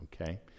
Okay